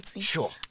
Sure